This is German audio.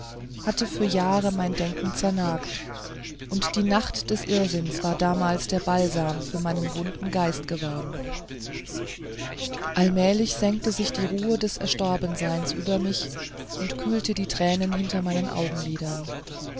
hatte für jahre mein denken zernagt und die nacht des irrsinns war damals der balsam für meinen wunden geist geworden allmählich senkte sich die ruhe des erstorbenseins über mich und kühlte die tränen hinter meinen augenlidern